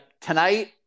tonight